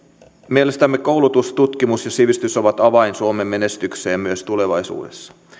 mielestämme koulutus tutkimus ja sivistys ovat avain suomen menestykseen myös tulevaisuudessa